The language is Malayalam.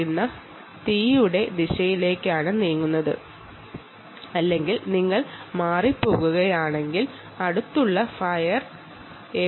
നിങ്ങൾ തീയുടെ ദിശയിലേക്കാണ് നീങ്ങുന്നതെങ്കിൽ അടുത്തുള്ള ഫയർ എവിടെ